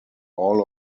all